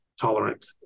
tolerant